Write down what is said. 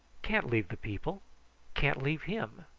can't leave the people can't leave him.